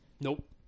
Nope